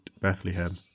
Bethlehem